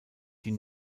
die